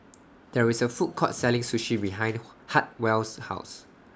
There IS A Food Court Selling Sushi behind Hartwell's House